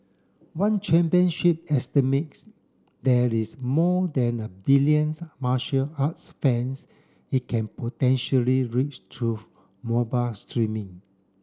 one championship estimates there is more than a billions martial arts fans it can potentially reach through mobile streaming